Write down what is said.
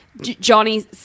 Johnny